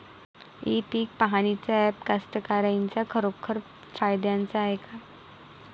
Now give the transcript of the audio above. इ पीक पहानीचं ॲप कास्तकाराइच्या खरोखर फायद्याचं हाये का?